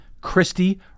Christie